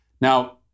Now